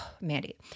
Mandy